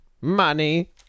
Money